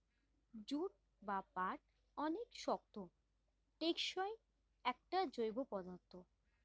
jute বা পাট অনেক শক্ত, টেকসই একটা জৈব পদার্থ